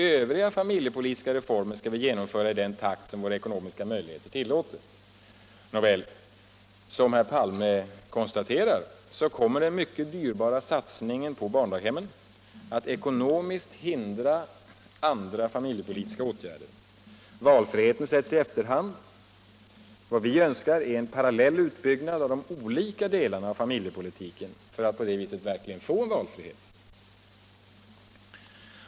Övriga familjepolitiska reformer skall vi genomföra i den takt som våra ekonomiska möjligheter tillåter.” Som herr Palme konstaterar kommer den mycket dyrbara satsningen på barndaghem att ekonomiskt hindra andra familjepolitiska åtgärder. Valfriheten sätts i efterhand. För vår del önskar vi en parallell utbyggnad av de olika delar av familjepolitiken som kan ge en verklig valfrihet.